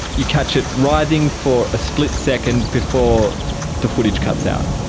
you catch it writhing for a split second before the footage cuts out.